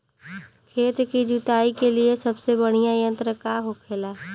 खेत की जुताई के लिए सबसे बढ़ियां यंत्र का होखेला?